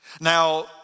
Now